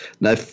Now